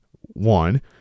one